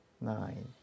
Nine